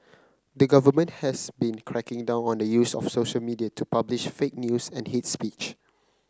the government has been cracking down on the use of social media to publish fake news and hate speech